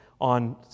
on